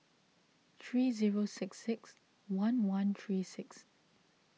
three zero six six one one three six